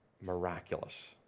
miraculous